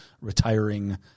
retiring